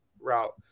route